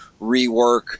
rework